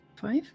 Five